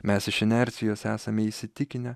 mes iš inercijos esame įsitikinę